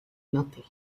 nothing